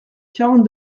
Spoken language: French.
quarante